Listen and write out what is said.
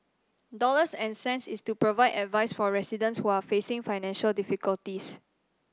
dollars and cents is to provide advice for residents who are facing financial difficulties